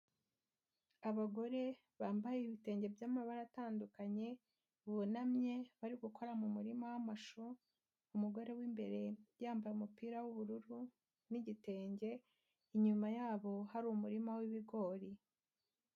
Abagore bambaye ibitenge by'amabara atandukanye bunamye bari gukora mu murima w'amashu, umugore w'imbere yambaye umupira w'ubururu n'igitenge, inyuma yabo hari umurima w'ibigori.